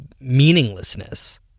meaninglessness